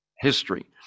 history